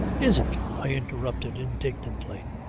is it? i interrupted indignantly.